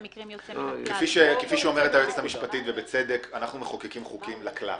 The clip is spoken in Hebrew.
כפי שאומרת היועצת המשפטית ובצדק - אנחנו מחוקקים חוקים לכלל.